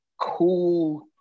cool